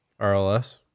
RLS